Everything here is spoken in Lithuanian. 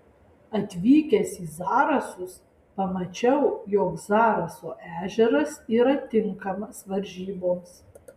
atvykęs į zarasus pamačiau jog zaraso ežeras yra tinkamas varžyboms